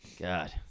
God